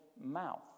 mouth